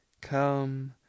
Come